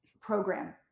program